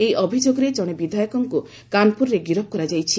ଏହି ଅଭିଯୋଗରେ ଜଣେ ବିଧାୟକଙ୍କୁ କାନପୁରରେ ଗିରଫ କରାଯାଇଛି